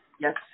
Yes